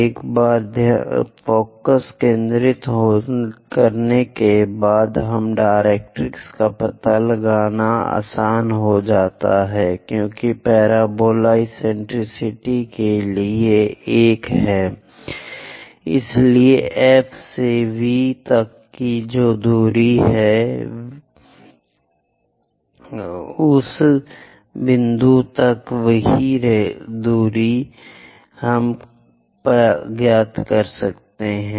एक बार ध्यान केंद्रित करने के बाद अब डायरेक्ट्रिक्स का पता लगाना आसान है क्योंकि पैराबोला एक्सेंट्रिसिटी के लिए एक है इसलिए F से V तक जो भी दूरी है V से उस बिंदु तक भी वही दूरी है जहां हम जा रहे हैं